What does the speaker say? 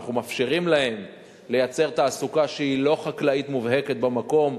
ואנחנו מאפשרים להם לייצר תעסוקה שהיא לא חקלאית מובהקת במקום,